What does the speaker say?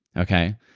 okay?